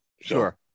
Sure